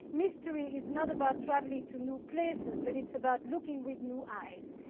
mystery is not about traveling to new places, but it's about looking with new eyes.